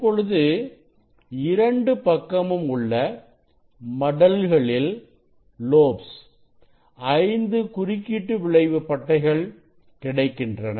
இப்பொழுது இரண்டு பக்கமும் உள்ள மடல்களில் ஐந்து குறுக்கீட்டு விளைவு பட்டைகள் கிடைக்கின்றன